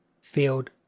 Field